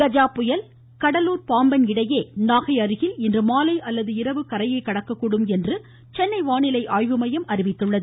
கஜா புயல் கடலூர் பாம்பன் இடையில் நாகை அருகே இன்றுமாலை அல்லது இரவு கரையை கடக்கக்கூடும் என்று சென்னை வானிலை ஆய்வுமையம் அறிவித்துள்ளது